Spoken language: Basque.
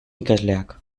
ikasleak